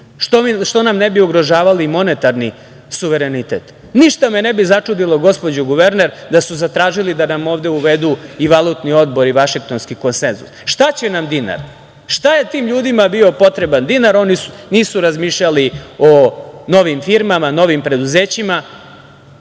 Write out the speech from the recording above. Što nam ne bi ugrožavali monetarni suverenitet? Ništa me ne bi začudilo, gospođo guverner da su zatražili da nam ovde uvedu i valutni odbor i Vašingtonski konsenzus. Šta će nam dinar? Šta je tim ljudima bio potreban dinar, oni nisu razmišljali o novim firmama, novim preduzećima,